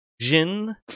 Jin